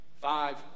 Five